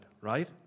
right